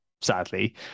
sadly